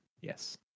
yes